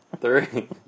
three